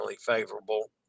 favorable